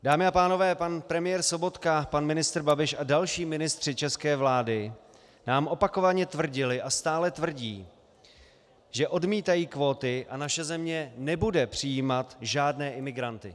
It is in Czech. Dámy a pánové, pan premiér Sobotka, pan ministr Babiš a další ministři české vlády nám opakovaně tvrdili a stále tvrdí, že odmítají kvóty a naše země nebude přijímat žádné imigranty.